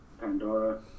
Pandora